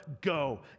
Go